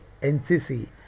NCC